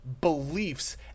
beliefs